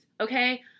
Okay